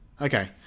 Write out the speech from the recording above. Okay